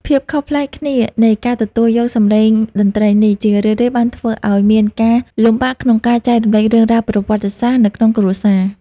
ភាពខុសប្លែកគ្នានៃការទទួលយកសម្លេងតន្ត្រីនេះ ជារឿយៗបានធ្វើឱ្យមានការលំបាកក្នុងការចែករំលែករឿងរ៉ាវប្រវត្តិសាស្ត្រនៅក្នុងគ្រួសារ។